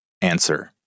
answer